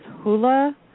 hula